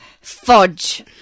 fudge